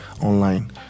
online